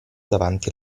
davanti